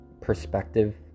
perspective